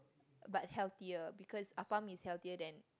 but healthier because appam is healthier than